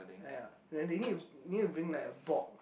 ya then they need to need to bring like a board